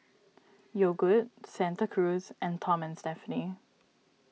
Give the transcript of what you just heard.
Yogood Santa Cruz and Tom Stephanie